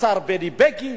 השר בני בגין,